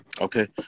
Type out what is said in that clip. Okay